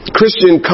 Christian